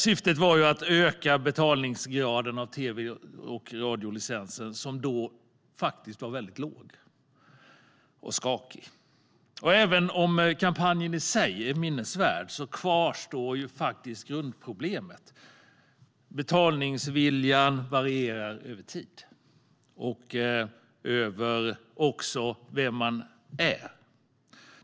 Syftet var att öka den då väldigt låga och skakiga betalningsgraden för radio och tv-licensen. Även om kampanjen i sig är minnesvärd kvarstår grundproblemet. Betalningsviljan varierar över tid och beroende på vem man är.